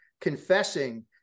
confessing